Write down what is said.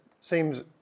seems